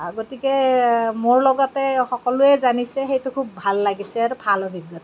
গতিকে মোৰ লগতে সকলোৱে জানিছে সেইটো খুব ভাল লাগিছে সেইটো ভাল অভিজ্ঞতা